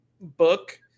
book